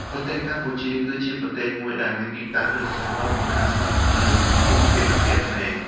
ប្រទេសកម្ពុជា គឺជាប្រទេសមួយដែលមានទីតាំងយុទ្ធសាស្ត្រដ៏សំខាន់ស្ថិតនៅភូមិភាគអាស៊ីអាគ្នេយ៍។